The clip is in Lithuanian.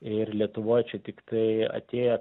ir lietuvoj čia tiktai atėjo